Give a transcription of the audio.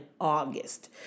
August